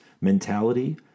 mentality